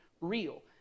real